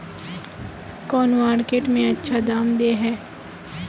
कौन मार्केट में अच्छा दाम दे है?